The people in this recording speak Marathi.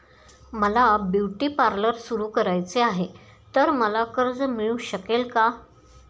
मला ब्युटी पार्लर सुरू करायचे आहे तर मला कर्ज मिळू शकेल का?